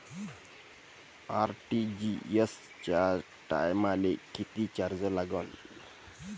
RTGS कराच्या टायमाले किती चार्ज लागन?